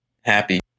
happy